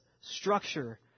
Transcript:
structure